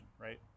right